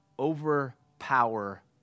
overpower